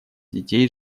детей